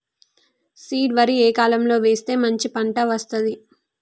Seed వరి ఏ కాలం లో వేస్తే మంచి పంట వస్తది?